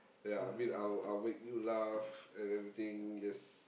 ya I mean I'll I'll make you laugh and everything yes